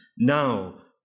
now